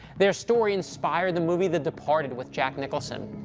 their story inspired the movie the departed with jack nicholson.